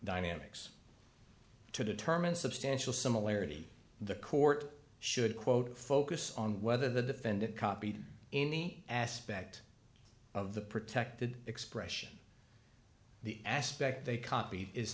dynamics to determine substantial similarity the court should quote focus on whether the defendant copied any aspect of the protected expression the aspect they cop